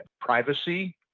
privacy